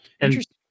Interesting